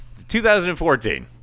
2014